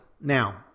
Now